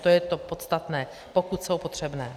To je to podstatné: pokud jsou potřebné.